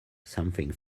something